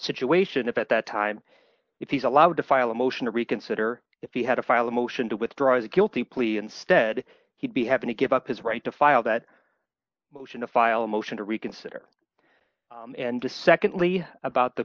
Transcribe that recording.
situation if at that time if he's allowed to file a motion to reconsider if he had to file a motion to withdraw his guilty plea instead he'd be having to give up his right to file that motion to file a motion to reconsider and to secondly about the